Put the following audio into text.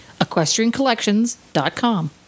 EquestrianCollections.com